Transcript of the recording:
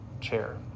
chair